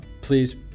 Please